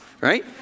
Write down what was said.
right